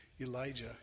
Elijah